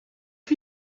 chi